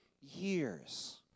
years